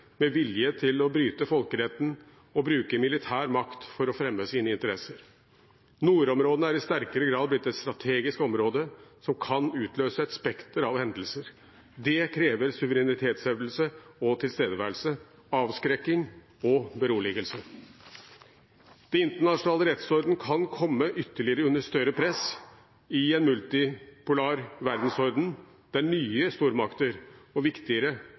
med vilje til å bryte folkeretten og bruke militær makt for å fremme sine interesser. Nordområdene er i sterkere grad blitt et strategisk område, som kan utløse et spekter av hendelser. Det krever suverenitetshevdelse og tilstedeværelse, avskrekking og beroligelse. Den internasjonale rettsorden kan komme ytterligere under større press i en multipolar verdensorden, der nye stormakter og – viktigere